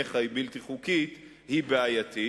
שבעיניך היא בלתי חוקית היא בעייתית.